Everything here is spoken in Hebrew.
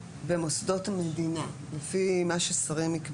במוסדות המדינה לפי מה ששרים יקבעו,